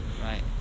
Right